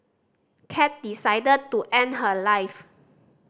cat decided to end her life